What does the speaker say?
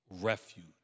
refuge